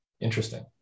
Interesting